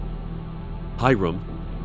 Hiram